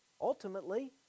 ultimately